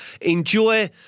Enjoy